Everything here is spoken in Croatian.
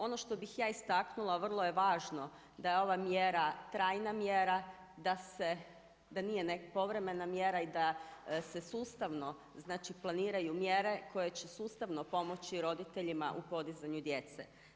Ono što bih ja istaknula, vrlo je važno da je ova mjera trajna mjera, da se, da nije neka povremena mjera i da se sustavno, znači, planiraju mjere koje će sustavno pomoći roditeljima u podizanju djece.